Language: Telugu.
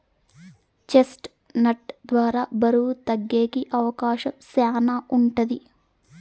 చెస్ట్ నట్ ద్వారా బరువు తగ్గేకి అవకాశం శ్యానా ఉంటది